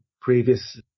previous